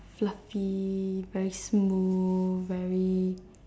fluffy very smooth very